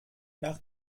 nach